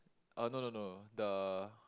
uh no no no the